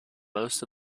most